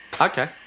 Okay